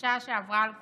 הקשה שעברה על כולנו,